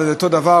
אבל זה אותו דבר,